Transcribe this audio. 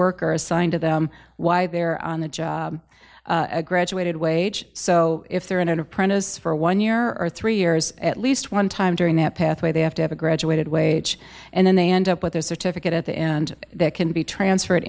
worker assigned to them why they're on the job a graduated wage so if they're in an apprentice for one year or three years at least one time during that pathway they have to have a graduated wage and then they end up with a certificate at the end that can be transferred